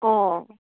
অঁ